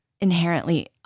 inherently